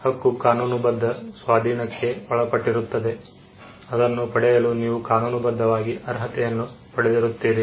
ಹಕ್ಕು ಕಾನೂನುಬದ್ಧ ಸ್ವಾಧೀನಕ್ಕೆ ಒಳಪಟ್ಟಿರುತ್ತದೆಅದನ್ನು ಪಡೆಯಲು ನೀವು ಕಾನೂನುಬದ್ಧವಾಗಿ ಅರ್ಹತೆಯನ್ನು ಪಡೆದಿರುತ್ತೀರಿ